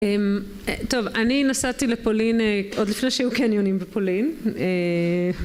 טוב, אני נסעתי לפולין עוד לפני שהיו קניונים בפולין